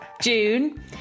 June